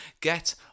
get